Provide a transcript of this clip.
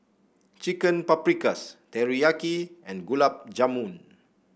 Chicken Paprikas Teriyaki and Gulab Jamun